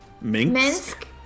Minsk